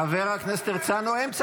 חבר הכנסת הרצנו, תודה.